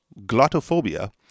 glottophobia